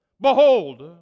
Behold